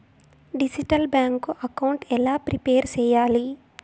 Digital bank account ఎలా prepare సెయ్యాలి?